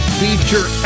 feature